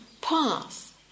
path